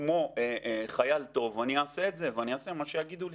וכמו חייל טוב אני אעשה את זה ואני אעשה מה שיגידו לי.